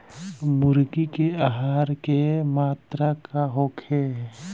मुर्गी के आहार के मात्रा का होखे?